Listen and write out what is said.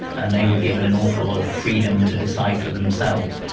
and they were given an awful lot of freedom to decide for themselves.